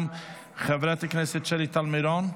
חברת הכנסת שלי טל מירון?